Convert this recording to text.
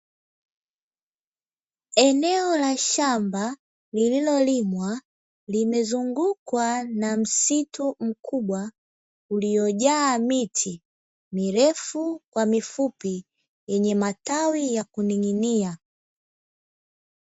Eneo la shamba lililolimwa, limezungukwa na msitu mkubwa uliojaa miti mirefu kwa mifupi, yenye matawi ya kuning'inia.